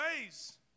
ways